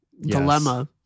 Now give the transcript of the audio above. dilemma